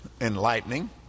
enlightening